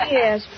yes